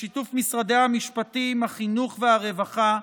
בשיתוף משרדי המשפטים, החינוך והרווחה,